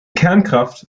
kernkraft